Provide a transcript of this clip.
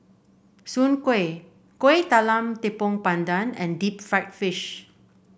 Soon Kway Kuih Talam Tepong Pandan and Deep Fried Fish